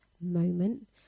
moment